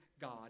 God